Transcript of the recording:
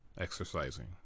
exercising